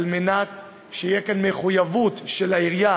על מנת שתהיה כאן מחויבות של העירייה